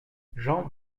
jean